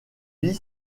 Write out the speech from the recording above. vit